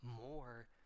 more